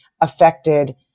affected